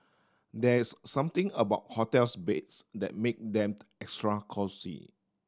there is something about hotels beds that make them extra cosy